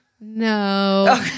No